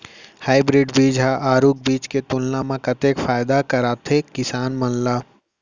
Hybrid बीज हा आरूग बीज के तुलना मा कतेक फायदा कराथे किसान मन ला?